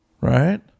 Right